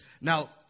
Now